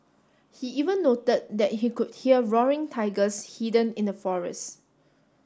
he even noted that he could hear roaring tigers hidden in the forest